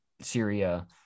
Syria